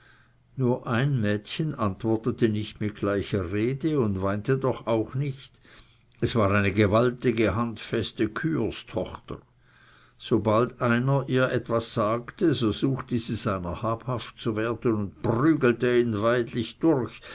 nur ein mädchen antwortete nicht mit gleicher rede und weinte doch auch nicht es war eine gewaltige handfeste küherstochter sobald einer ihr etwas sagte so suchte sie seiner habhaft zu werden und prügelte ihn weidlich durch